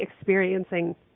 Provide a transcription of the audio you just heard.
experiencing